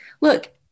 look